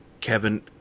Kevin